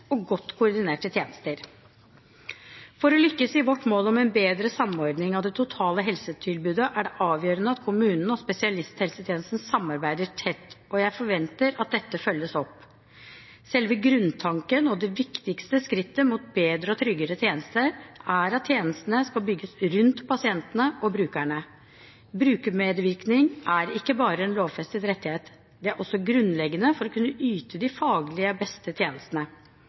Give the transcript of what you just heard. og godt koordinerte tjenester. For å lykkes i vårt mål om en bedre samordning av det totale helsetilbudet er det avgjørende at kommunen og spesialisthelsetjenesten samarbeider tett, og jeg forventer at dette følges opp. Selve grunntanken og det viktigste skrittet mot bedre og tryggere tjenester er at tjenestene skal bygges rundt pasientene og brukerne. Brukermedvirkning er ikke bare en lovfestet rettighet; det er også grunnleggende for å kunne yte de faglig beste tjenestene.